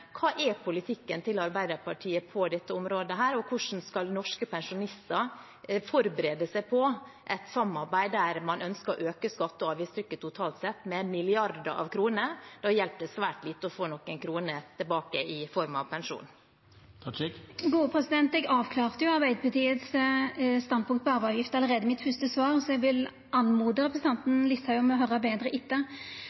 Hva er politikken til Arbeiderpartiet på dette området, og hvordan skal norske pensjonister forberede seg på et samarbeid der man ønsker å øke skatte- og avgiftstrykket totalt sett med milliarder av kroner? Da hjelper det svært lite å få noen kroner tilbake i form av pensjon. Eg avklarte jo Arbeidarpartiets standpunkt til arveavgift allereie i mitt første svar, så eg vil oppmode representanten